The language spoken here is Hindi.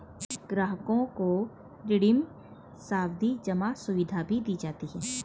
ग्राहकों को रिडीम सावधी जमा सुविधा भी दी जाती है